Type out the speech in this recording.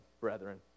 brethren